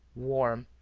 warm,